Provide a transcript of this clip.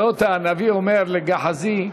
שהנביא אומר לגיחזי: